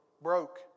broke